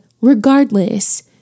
Regardless